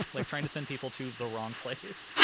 like trying to send people to the wrong place.